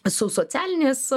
su socialinės